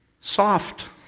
soft